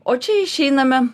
o čia išeiname